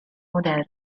moderna